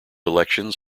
elections